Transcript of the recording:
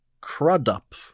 Crudup